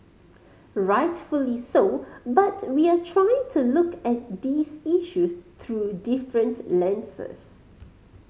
rightfully so but we are trying to look at these issues through different lenses